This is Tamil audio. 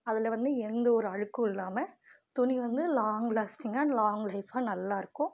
அதில் வந்து எந்த ஒரு அழுக்கும் இல்லாமல் துணி வந்து லாங்க் லாஸ்ட்டிங்காக அண்ட் லாங்க் லைஃபாக நல்லாயிருக்கும்